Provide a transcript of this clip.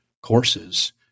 courses